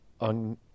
on